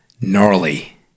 gnarly